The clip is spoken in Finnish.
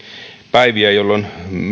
päiviä jolloin